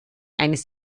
eines